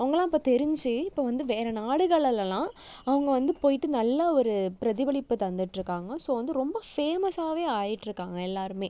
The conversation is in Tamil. அவங்கள்லாம் இப்போ தெரிஞ்சு இப்போ வந்து வேற நாடுகளெல்லாம் அவங்க வந்து போயிட்டு நல்ல ஒரு பிரதிபலிப்பை தந்துட்டுருக்காங்க ஸோ வந்து ரொம்ப ஃபேமஸாவே ஆகிட்ருக்காங்க எல்லாருமே